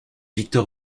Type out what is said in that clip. victor